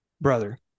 Brother